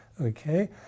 okay